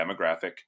demographic